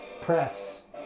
Press